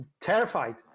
terrified